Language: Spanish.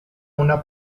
una